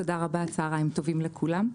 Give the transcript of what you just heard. תודה רבה, צוהריים טובים לכולם.